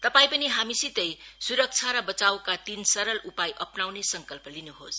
तपाईं पनि हामीसितै सुरक्षा र बचाईका तीन सरल उपाय अप्नाउने संकल्प गर्न्होस